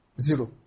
Zero